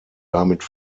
damit